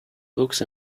books